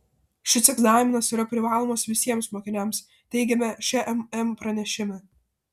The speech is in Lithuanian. šis egzaminas yra privalomas visiems mokiniams teigiame šmm pranešime